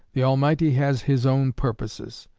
the almighty has his own purposes.